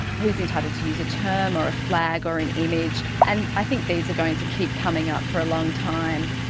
who is entitled to use a term or a flag or an image. and i think these are going to keep coming up for a long time.